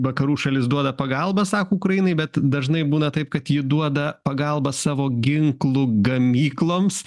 vakarų šalis duoda pagalbą sako ukrainai bet dažnai būna taip kad ji duoda pagalbą savo ginklų gamykloms